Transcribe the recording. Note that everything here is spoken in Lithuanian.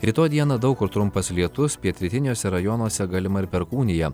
rytoj dieną daug kur trumpas lietus pietrytiniuose rajonuose galima ir perkūnija